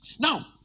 Now